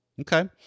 Okay